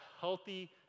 healthy